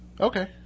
Okay